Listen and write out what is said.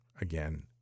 again